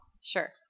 Sure